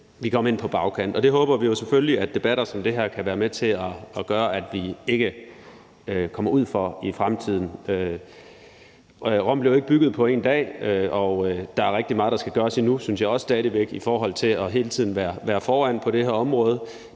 vi kom ind i det på bagkant, og det håber vi jo selvfølgelig at debatter som den her kan være med til at gøre at vi ikke kommer ud for i fremtiden. Rom blev ikke bygget på én dag, og der er rigtig meget, der skal gøres endnu – det synes jeg stadig væk – i forhold til hele tiden at være foran på det her område.